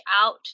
out